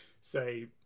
say